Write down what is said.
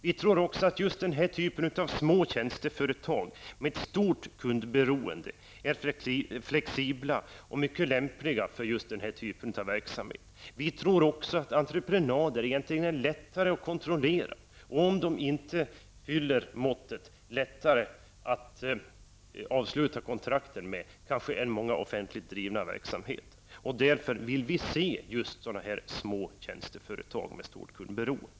Vi tror att det här typen av små tjänsteföretag med ett stort kundberoende är flexibla och mycket lämpliga för just den här typen av verksamhet. Vi tror också att entreprenader egentligen är lättare att kontrollera. Om de inte fyller måttet är det kanske lättare att avsluta kontrakten med dem än med många offentligt drivna verksamheter. Därför vill vi se sådana små tjänsteföretag med stort kundberoende.